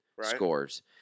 scores